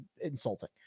insulting